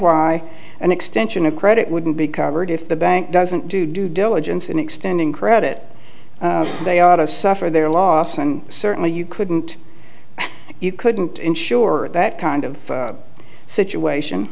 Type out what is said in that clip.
why an extension of credit wouldn't be covered if the bank doesn't do due diligence and extending credit they ought to suffer their loss and certainly you couldn't you couldn't ensure that kind of situation